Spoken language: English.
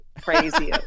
crazy